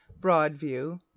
Broadview